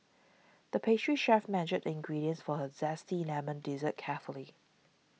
the pastry chef measured the ingredients for a Zesty Lemon Dessert carefully